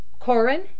Corin